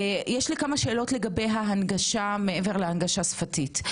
יש לי כמה שאלות לגבי ההנגשה מעבר לזו השפתית.